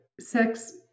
sex